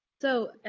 so,